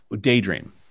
daydream